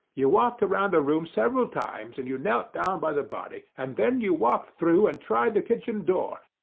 you walked round the room several times, and you knelt down by the body, and then you walked through and tried the kitchen door,